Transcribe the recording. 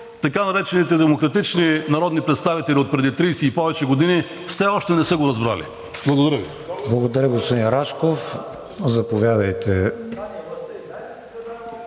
така наречените демократични народни представители отпреди 30 и повече години все още не са го разбрали. Благодаря Ви.